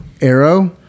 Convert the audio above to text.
Arrow